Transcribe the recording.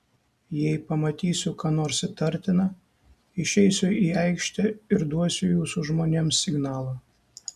jei pamatysiu ką nors įtartina išeisiu į aikštę ir duosiu jūsų žmonėms signalą